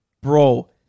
Bro